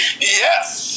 Yes